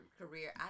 career